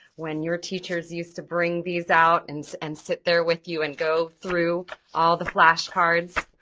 when your teachers used to bring these out and and sit there with you and go through all the flashcards?